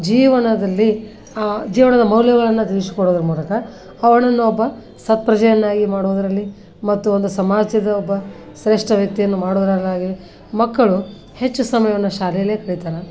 ಜೀವನದಲ್ಲಿ ಜೀವನದ ಮೌಲ್ಯಗಳನ್ನು ತಿಳಿಸಿಕೊಡೊದ್ರ ಮೂಲಕ ಅವನನ್ನು ಒಬ್ಬ ಸತ್ಪ್ರಜೆಯನ್ನಾಗಿ ಮಾಡೋದ್ರಲ್ಲಿ ಮತ್ತು ಒಂದು ಸಮಾಜದ ಒಬ್ಬ ಶ್ರೇಷ್ಠ ವ್ಯಕ್ತಿಯನ್ನು ಮಾಡೋದ್ರಲ್ಲಾಗಲೀ ಮಕ್ಕಳು ಹೆಚ್ಚು ಸಮಯವನ್ನು ಶಾಲೆಯಲ್ಲೇ ಕಳೀತಾರೆ